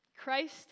Christ